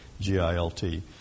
G-I-L-T